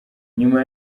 nyuma